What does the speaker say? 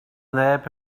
neb